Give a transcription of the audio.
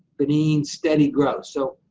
benin, steady growth. so,